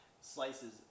slices